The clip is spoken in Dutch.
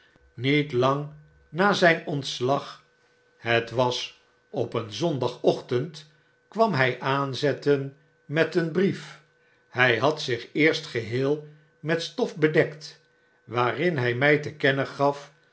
met lang na zyn ontslag het was op een zondag ochtend kwam hy aanzetten met een brief hij had zich eerst geheel met stof bedekt waarin hij my te kennen gaf